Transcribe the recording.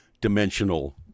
dimensional